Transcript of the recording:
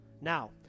Now